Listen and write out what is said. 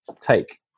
Take